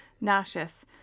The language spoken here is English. nauseous